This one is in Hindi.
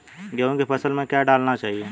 गेहूँ की फसल में क्या क्या डालना चाहिए?